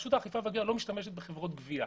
רשות האכיפה והגבייה לא משתמשת בחברות גבייה.